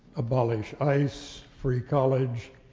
abolish ice, free college,